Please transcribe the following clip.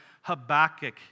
Habakkuk